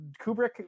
kubrick